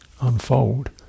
unfold